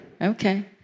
okay